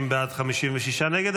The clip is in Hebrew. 50 בעד, 56 נגד.